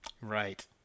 Right